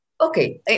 Okay